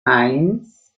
eins